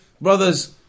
brothers